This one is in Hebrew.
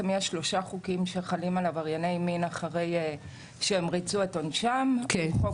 יש שלושה חוקים שחלים על עברייני מין אחרי שהם ריצו את עונשם: "חוק